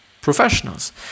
professionals